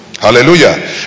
hallelujah